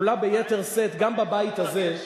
עולה ביתר שאת, גם בבית הזה,